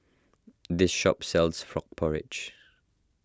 this shop sells Frog Porridge